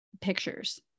pictures